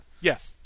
Yes